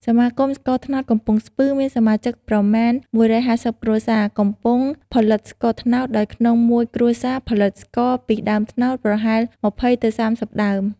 សមាគមស្ករត្នោតកំពង់ស្ពឺ មានសមាជិកប្រមាណ១៥០ គ្រួសារ កំពុងផលិតស្ករត្នោត ដោយក្នុងមួយគ្រួសារផលិតស្ករ ពីដើមត្នោតប្រហែល២០ទៅ៣០ដើម។